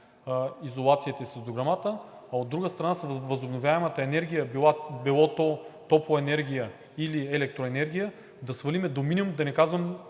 изолацията и с дограмата, а от друга страна, с възобновяемата енергия, било то топлоенергия или електроенергия да свалим до минимум, да не казвам